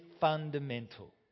fundamental